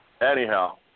Anyhow